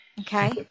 Okay